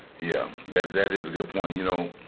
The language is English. yeah, that that is a good point. you know,